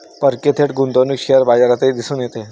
परकीय थेट गुंतवणूक शेअर बाजारातही दिसून येते